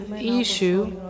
issue